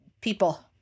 people